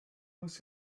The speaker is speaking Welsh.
oes